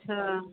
اچھا